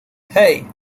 hey